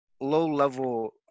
low-level